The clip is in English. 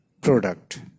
product